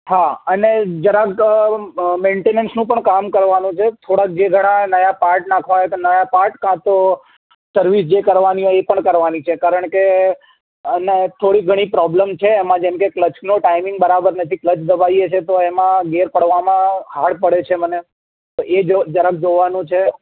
હા અને જરાક મેન્ટેનન્સનું પણ કામ કરવાનું છે થોડાક જે ઘણાં નયા પાર્ટ નાખવાનાં હોય તો નયા પાર્ટ કાં તો સર્વિસ જે કરવાની હોય એ પણ કરવાની છે કારણકે અને થોડી ઘણી પ્રોબ્લેમ છે એમાં જેમ કે ક્લચનો ટાઈમિંગ બરાબર નથી ક્લચ દબાવીએ છે તો એમાં ગેર પડવામાં હાર્ડ પડે છે મને તો એ જરાક જોવાનું છે